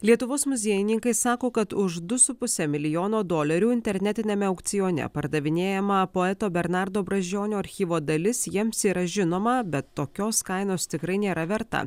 lietuvos muziejininkai sako kad už du su puse milijono dolerių internetiniame aukcione pardavinėjama poeto bernardo brazdžionio archyvo dalis jiems yra žinoma bet tokios kainos tikrai nėra verta